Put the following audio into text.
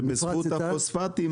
ובזכות הפוספטים,